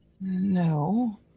No